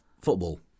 Football